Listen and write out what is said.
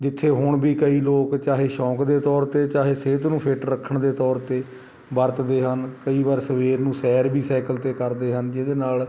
ਜਿੱਥੇ ਹੁਣ ਵੀ ਕਈ ਲੋਕ ਚਾਹੇ ਸ਼ੌਂਕ ਦੇ ਤੌਰ 'ਤੇ ਚਾਹੇ ਸਿਹਤ ਨੂੰ ਫਿਟ ਰੱਖਣ ਦੇ ਤੌਰ 'ਤੇ ਵਰਤਦੇ ਹਨ ਕਈ ਵਾਰ ਸਵੇਰ ਨੂੰ ਸੈਰ ਵੀ ਸਾਈਕਲ 'ਤੇ ਕਰਦੇ ਹਨ ਜਿਹਦੇ ਨਾਲ